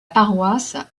paroisse